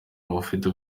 adafite